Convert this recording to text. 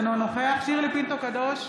אינו נוכח שירלי פינטו קדוש,